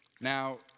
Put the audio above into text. Now